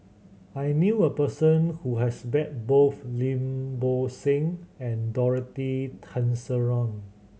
I knew a person who has bet both Lim Bo Seng and Dorothy Tessensohn